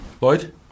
Lloyd